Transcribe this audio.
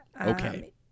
okay